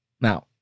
Now